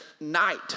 night